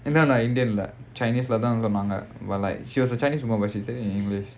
அதான் நான்:adhaan naan indian leh chinese leh but like she was a chinese woman but she said it in english